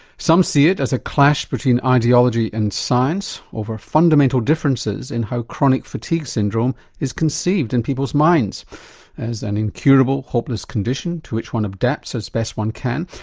some see it as a clash between ideology and science over fundamental differences in how chronic fatigue syndrome is conceived in people's minds as an incurable, hopeless condition to which one adapts as best one can,